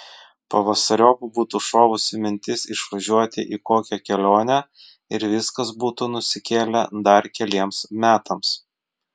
pavasariop būtų šovusi mintis išvažiuoti į kokią kelionę ir viskas būtų nusikėlę dar keliems metams